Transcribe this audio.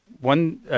one